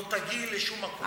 לא תגיעי לשום מקום.